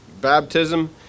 baptism